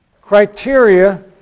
criteria